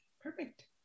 Perfect